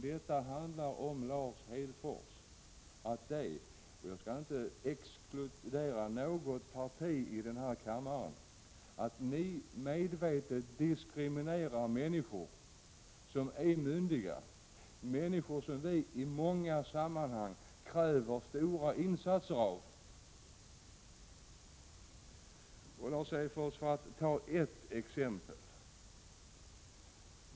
Det handlar, Lars Hedfors, om att ni, och jag skall inte exkludera något parti i denna kammare, medvetet diskriminerar människor som är myndiga, människor som vi i många sammanhang kräver stora insatser av. Jag skall ta ett exempel.